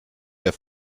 der